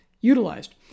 utilized